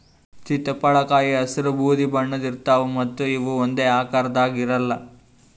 ಚಿತ್ತಪಳಕಾಯಿ ಹಸ್ರ್ ಬೂದಿ ಬಣ್ಣದ್ ಇರ್ತವ್ ಮತ್ತ್ ಇವ್ ಒಂದೇ ಆಕಾರದಾಗ್ ಇರಲ್ಲ್